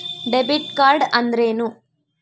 Debit card ಅಂದ್ರೇನು?